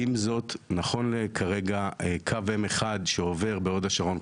עם זאת נכון לכרגע קו M1 שעובר בהוד השרון,